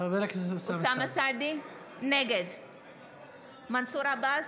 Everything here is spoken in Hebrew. נגד מנסור עבאס,